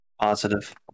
Positive